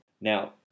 Now